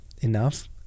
enough